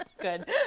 good